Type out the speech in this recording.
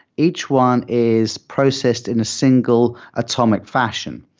each one is processed in a single atomic fashion.